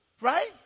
right